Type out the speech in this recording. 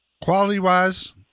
Quality-wise